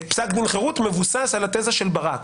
פסק דין חירות מבוסס על התזה של ברק,